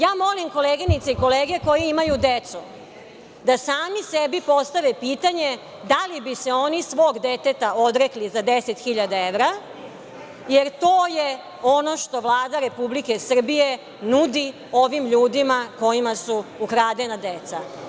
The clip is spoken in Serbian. Ja molim koleginice i kolege koji imaju decu da sami sebi postave pitanje da li bi se oni svog deteta odrekli za 10.000 evra, jer to je ono što Vlada Republike Srbije nudi ovim ljudima kojima su ukradena deca.